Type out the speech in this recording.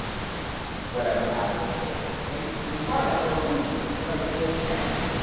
it's whatever has those, sort of, designations. we require that for a reason, it's because of this end,